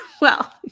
Well-